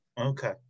okay